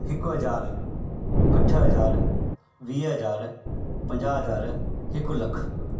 हिकु हज़ार अठ हज़ार वीह हज़ार पंजाह हज़ार हिकु लख